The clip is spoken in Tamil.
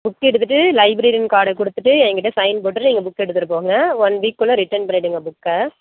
புக் எடுத்துவிட்டு லைப்ரரி கார்டு கொடுத்துட்டு என் கிட்ட சைன் போட்ட்டு நீங்கள் புக் எடுத்துகிட்டு போங்க ஒன் வீக்குள்ளே ரிட்டன் பண்ணிவிடுங்க புக்கை